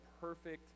perfect